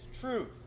truth